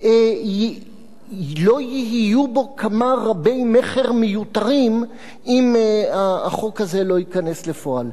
לא יהיו בו כמה רבי-מכר מיותרים אם החוק הזה לא ייכנס לפועל,